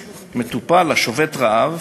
מטופל השובת רעב